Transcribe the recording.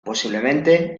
posiblemente